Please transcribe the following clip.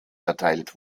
erteilt